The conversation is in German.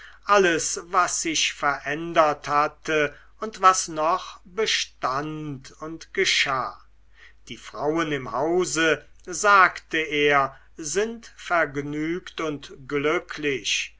alles was sich verändert hatte und was noch bestand und geschah die frauen im hause sagte er sind vergnügt und glücklich